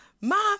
mom